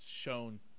shown